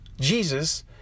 Jesus